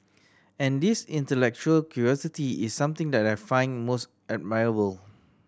and this intellectual curiosity is something that I find most admirable